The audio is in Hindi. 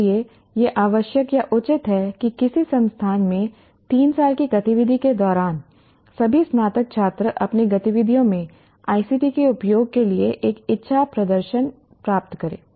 इसलिए यह आवश्यक या उचित है कि किसी संस्थान में 3 साल की गतिविधि के दौरान सभी स्नातक छात्र अपनी गतिविधियों में ICT के उपयोग के लिए एक अच्छा प्रदर्शन प्राप्त करें